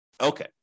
Okay